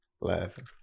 laughing